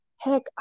Heck